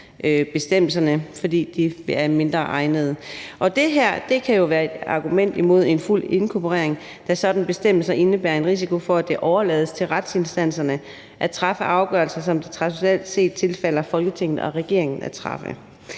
bestemmelserne, fordi de er mindre egnede. Og det kan jo være et argument imod en fuld inkorporering, da sådanne bestemmelser indebærer en risiko for, at det overlades til retsinstanserne at træffe afgørelser, som det traditionelt set tilfalder Folketinget og regeringen at træffe.